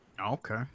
Okay